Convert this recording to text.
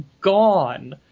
gone